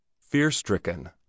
Fear-stricken